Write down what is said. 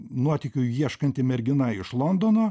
nuotykių ieškanti mergina iš londono